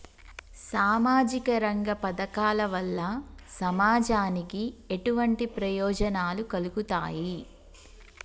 సామాజిక రంగ పథకాల వల్ల సమాజానికి ఎటువంటి ప్రయోజనాలు కలుగుతాయి?